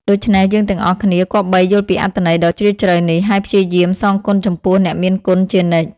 ដូច្នេះ យើងទាំងអស់គ្នាគប្បីយល់ពីអត្ថន័យដ៏ជ្រាលជ្រៅនេះ ហើយព្យាយាមសងគុណចំពោះអ្នកមានគុណជានិច្ច។